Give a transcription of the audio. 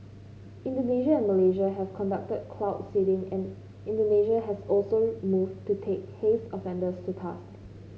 Indonesia and Malaysia have conducted cloud seeding and Indonesia has also moved to take haze offenders to task